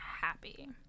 happy